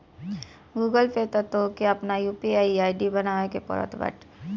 Google Pay पअ तोहके आपन यू.पी.आई आई.डी बनावे के पड़त बाटे